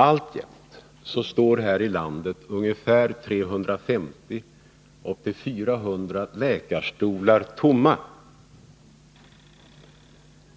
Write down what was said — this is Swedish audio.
Alltjämt står här i landet 350-400 läkarstolar tomma